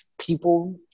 people